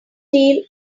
deal